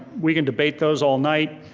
we can debate those all night,